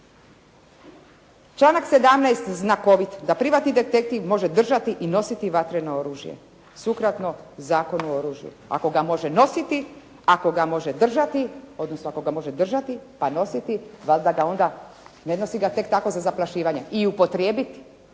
Članak 17. znakovit da privatni detektiv može držati i nositi vatreno oružje, sukladno Zakonu o oružju, ako ga može nositi, ako ga može držati, odnosno ako ga može držati, pa nositi valjda ga onda ne nosi ga tek tako za zaprašivanje i upotrijebiti,